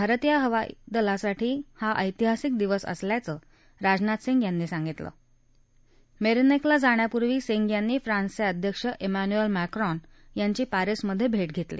भारतीय वायू दलासाठी हा ऐतिहासिक दिवस असल्याचं राजनाथ सिंग म्हणाल मसिक्ला जाण्यापूर्वी सिंग यांनी फ्रान्सच अध्यक्ष एम्यान्युअल मॅक्रॉन यांची पॅरिसमध सिंद घेतली